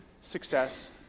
success